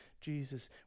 Jesus